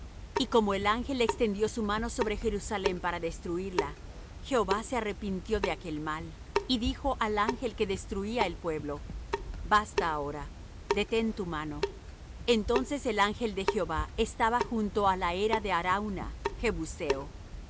y como el ángel extendió su mano sobre jerusalem para destruirla jehová se arrepintió de aquel mal y dijo al ángel que destruía el pueblo basta ahora detén tu mano entonces el ángel de jehová estaba junto á la era de arauna jebuseo